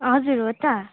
हजुर हो त